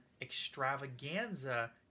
extravaganza